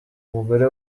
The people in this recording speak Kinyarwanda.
umugore